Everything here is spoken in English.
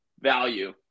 value